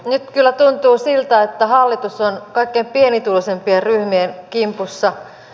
nyt kyllä tuntuu siltä että hallitus on kaikkein pienituloisimpien ryhmien kimpussa